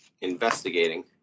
investigating